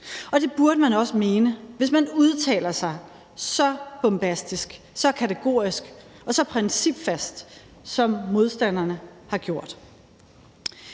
det burde man også mene, hvis man udtaler sig så bombastisk, så kategorisk og så principfast, som modstanderne har gjort.